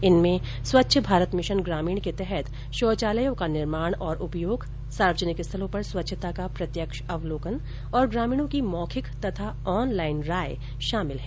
इनमें स्वच्छ भारत मिशन ग्रामीण के तहत शौचालयों का निर्माण और उपयोग सार्वजनिक स्थलों पर स्वच्छता का प्रत्यक्ष अवलोकन और ग्रामीणों की मौखिक तथा ऑनलाईन राय शामिल है